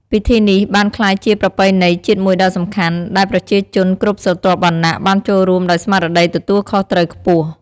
ពិធីនេះបានក្លាយជាប្រពៃណីជាតិមួយដ៏សំខាន់ ដែលប្រជាជនគ្រប់ស្រទាប់វណ្ណៈបានចូលរួមដោយស្មារតីទទួលខុសត្រូវខ្ពស់។